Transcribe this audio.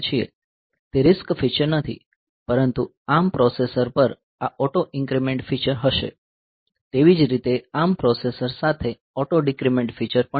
તે RISC feature નથી પરંતુ ARM પ્રોસેસર પર આ ઓટો ઇન્ક્રીમેન્ટ ફીચર હશે તેવી જ રીતે ARM પ્રોસેસર સાથે ઓટો ડીક્રીમેન્ટ ફીચર પણ છે